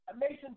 Mason